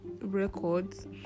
records